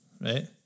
Right